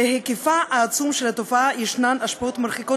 להיקפה העצום של התופעה יש השפעות מרחיקות